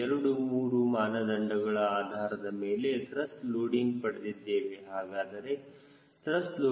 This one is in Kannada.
ಎರಡು ಮೂರು ಮಾನದಂಡಗಳ ಆಧಾರದ ಮೇಲೆ ತ್ರಸ್ಟ್ ಲೋಡಿಂಗ್ ಪಡೆದಿದ್ದೇವೆ ಹಾಗಾದರೆ ತ್ರಸ್ಟ್ ಲೋಡಿಂಗ್ ಎಷ್ಟು ಆಗಿರುತ್ತದೆ ಅಂದರೆ 0